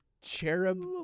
cherub